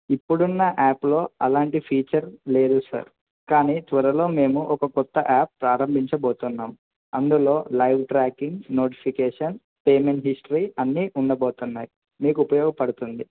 ఇప్పుడున్న యాప్లో అలాంటి ఫీచర్ లేదు సార్ కానీ త్వరలో మేము ఒక కొత్త యాప్ ప్రారంభించబోతున్నాం అందులో live tracking notification payment history అన్నీ ఉండబోతున్నాయి మీకు ఉపయోగపడుతుంది